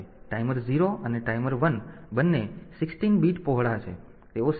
તેથી ટાઈમર 0 અને ટાઈમર 1 બંને 16 બીટ પહોળા છે